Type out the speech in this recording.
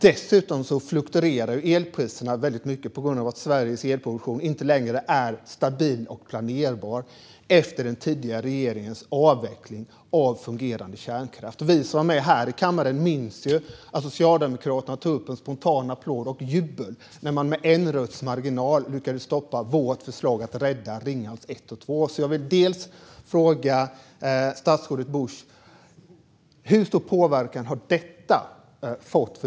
Dessutom fluktuerar elpriserna mycket, på grund av att Sveriges elproduktion inte längre är stabil och planerbar efter den tidigare regeringens avveckling av fungerande kärnkraft. Vi som var med här i kammaren minns att Socialdemokraterna tog upp en spontan applåd och jublade när de med en rösts marginal lyckades stoppa vårt förslag för att rädda Ringhals 1 och 2. Jag vill med tanke på den nuvarande situationen fråga statsrådet Busch: Hur stor påverkan har detta fått?